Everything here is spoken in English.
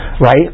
right